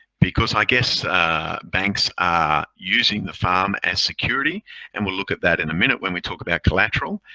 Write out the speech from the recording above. because i guess banks are using the farm as security and we'll look at that in a minute when we talk about collateral.